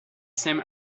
same